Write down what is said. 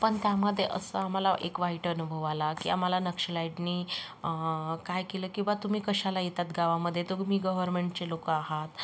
पण त्यामध्ये असा आम्हाला एक वाईट अनुभव आला की आम्हाला नक्षलाईटनी काय केलं की बा तुम्ही कशाला येतात गावामध्ये तुम्ही गव्हर्नमेंटचे लोक आहात